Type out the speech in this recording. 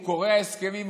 הוא קורע הסכמים,